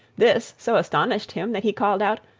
this so astonished him that he called out,